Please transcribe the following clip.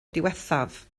diwethaf